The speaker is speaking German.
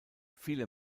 viele